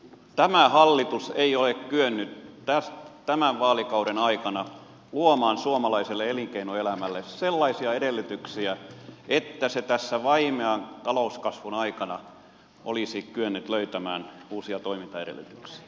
tämä hallitus ei ole kyennyt tämän vaalikauden aikana luomaan suomalaiselle elinkeinoelämälle sellaisia edellytyksiä että se tässä vaimean talouskasvun aikana olisi kyennyt löytämään uusia toimintaedellytyksiä